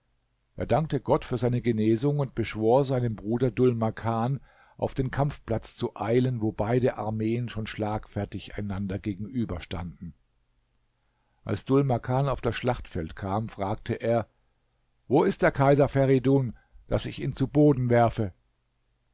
er dankte gott für seine genesung und beschwor seinen bruder dhul makan auf den kampfplatz zu eilen wo beide armeen schon schlagfertig einander gegenüber standen als dhul makan auf das schlachtfeld kam fragte er wo ist der kaiser feridun daß ich ihn zu boden werfe